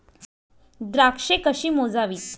द्राक्षे कशी मोजावीत?